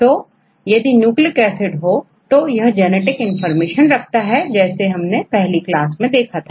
तो यदि यह न्यूक्लिक एसिड है तो जैसा हमने पिछली क्लास में समझा था कि यह जेनेटिक इनफॉरमेशन को कैरी करता है